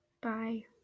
bye